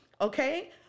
okay